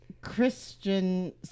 Christian